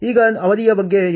ಈಗ ಅವಧಿಯ ಬಗ್ಗೆ ಏನು